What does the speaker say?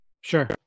Sure